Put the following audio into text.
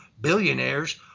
billionaires